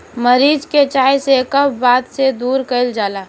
मरीच के चाय से कफ वात के दूर कइल जाला